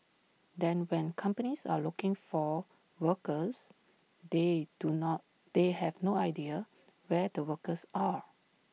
then when companies are looking for workers they do not they have no idea where the workers are